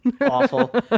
Awful